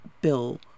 Bill